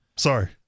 Sorry